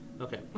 okay